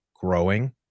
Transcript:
growing